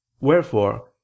Wherefore